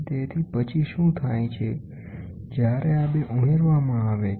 તેથી પછી શું થાય છે જ્યારે આ બે ઉમેરવામાં આવે છે